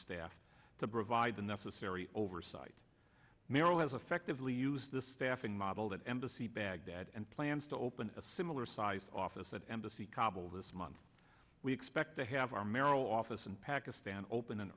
staff to provide the necessary oversight meryl has effectively used the staffing model that embassy baghdad and plans to open a similar sized office at embassy kabul this month we expect to have our merrill office in pakistan open an